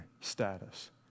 status